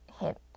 hit